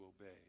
obey